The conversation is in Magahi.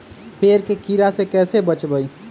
पेड़ के कीड़ा से कैसे बचबई?